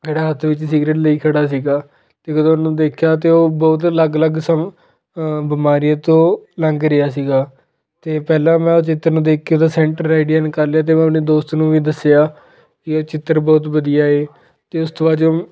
ਕਿਹੜਾ ਹੱਥ ਵਿੱਚ ਸਿਗਰਟ ਲਈ ਖੜ੍ਹਾ ਸੀਗਾ ਅਤੇ ਜਦੋਂ ਉਹਨੂੰ ਦੇਖਿਆ ਤਾਂ ਉਹ ਬਹੁਤ ਅਲੱਗ ਅਲੱਗ ਸਮਾਂ ਬਿਮਾਰੀ ਤੋਂ ਲੰਘ ਰਿਹਾ ਸੀਗਾ ਅਤੇ ਪਹਿਲਾਂ ਮੈਂ ਉਹ ਚਿੱਤਰ ਨੂੰ ਦੇਖ ਕੇ ਉਹਦਾ ਸੈਂਟਰ ਆਈਡੀਆ ਕਰ ਲਿਆ ਅਤੇ ਮੈਂ ਆਪਣੇ ਦੋਸਤ ਨੂੰ ਵੀ ਦੱਸਿਆ ਕਿ ਇਹ ਚਿੱਤਰ ਬਹੁਤ ਵਧੀਆ ਹੈ ਅਤੇ ਉਸ ਤੋਂ ਬਾਚੋਂ